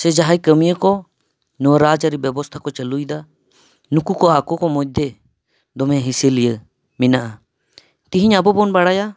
ᱥᱮ ᱡᱟᱦᱟᱸᱭ ᱠᱟᱹᱢᱭᱟᱹ ᱠᱚ ᱱᱚᱣᱟ ᱨᱟᱡᱽᱼᱟᱹᱨᱤ ᱵᱮᱵᱚᱥᱛᱷᱟ ᱠᱚ ᱪᱟᱹᱞᱩᱭᱮᱫᱟ ᱱᱩᱠᱩ ᱠᱚ ᱟᱠᱚ ᱢᱚᱫᱽᱫᱷᱮ ᱫᱚᱢᱮ ᱦᱤᱥᱟᱹᱞᱤᱭᱟᱹ ᱢᱮᱱᱟᱜᱼᱟ ᱛᱤᱦᱤᱧ ᱟᱵᱚ ᱵᱚ ᱵᱟᱲᱟᱭᱟ